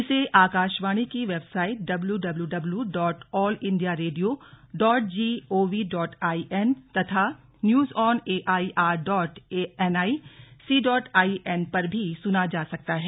इसे आकाशवाणी की website W W W dot all India radio dot G O V dot I N तथा news on A I R dot N I C dot I N पर भी सुना जा सकता है